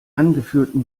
angeführten